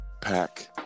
pack